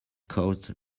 caused